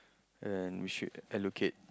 and we should allocate